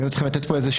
היינו צריכים לתת דימוי,